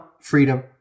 freedom